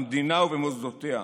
במדינה ובמוסדותיה.